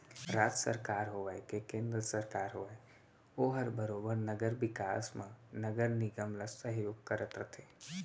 राज सरकार होवय के केन्द्र सरकार होवय ओहर बरोबर नगर बिकास म नगर निगम ल सहयोग करत रथे